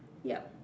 yup